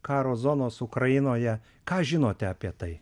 karo zonos ukrainoje ką žinote apie tai